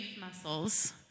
muscles